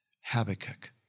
Habakkuk